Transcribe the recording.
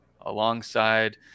alongside